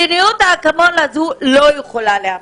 מדיניות האקמול הזאת לא יכולה להמשיך.